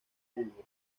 bulbo